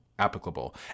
applicable